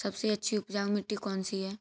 सबसे अच्छी उपजाऊ मिट्टी कौन सी है?